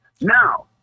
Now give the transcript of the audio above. Now